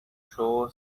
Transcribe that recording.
show